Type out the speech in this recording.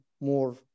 more